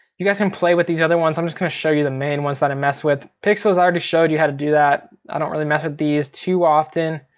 you guys can play with these other ones, i'm just gonna show you the main ones that i mess with. pixels i already showed you how to do that. i don't really mess with these too often.